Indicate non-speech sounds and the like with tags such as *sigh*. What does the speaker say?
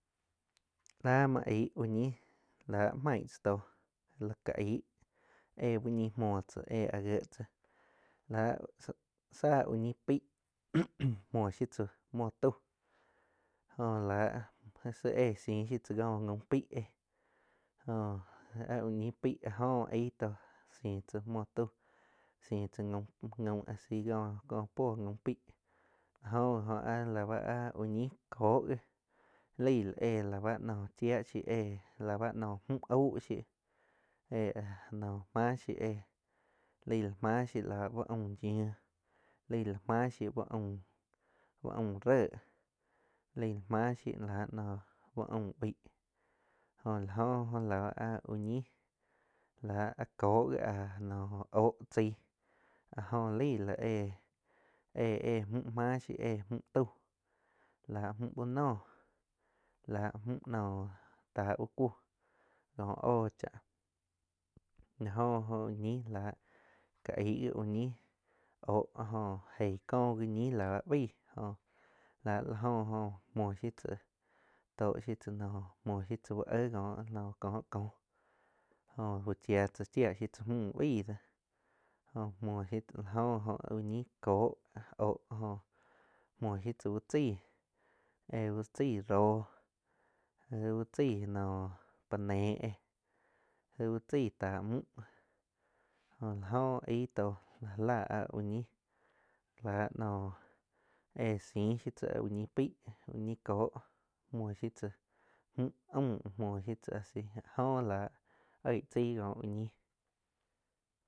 Láh muoh aig úh ñíh láh maig tzáh tóh la káh aig éh úh ñih muoh tzáh éh áh gie tzáh lá tzá úh ñih peih *noise* muo shiu tzáh muo tauh jó láh si éh sih shiu tsá kóh gaum peig éh jó áh úh ñih peig áh joh eig tóh sih tzoa muo tau sih tzá gaum ási cóh puoh gaum pei áh ji oh áh la báh, áh úh ñih kóh gih leig la éh lau bá naum chia shiu éh la bá naum mju aug shiu éh noum máh shiu éh laig la máh shiu la úh aum yiuh laig la máh shiu uh aum réh laig la máh shiuh la nóh uh aum baig jo la oh jo la báh ñih la áh cóh gi áh noh óh chaig áh joh laig la éh, éh-éh mju máh shiu éh mju tau la mju úh noh la mju noh tá úh kúh kóh óh cháh la oh jó ñih la aig jíh úh ñih oh áh jóh eig kó ji ñíh la báh beih oh láh la jo muoh shiu tzáh tóh shiu tzá noh muoh shiu tzá úh éh kóh no coh-coh jo uh chia tzá chia shiu tzáh mju baih dó jo muo shiu tsá la joh óh úh ñi cóh oh jóh muoh shiu tzá úh chai éh úh chai róh uh chai noh pa néh éh aig úh chaig táh mü jo la oh aig tóh lá já láh áh úh ñih la nóh éh siih shiu tzá úh ñi pei, úh ñi kóh muo shiu tzáh mju aum muoh shiu tzá asi áh jóh láh oig tzai có úh ñi.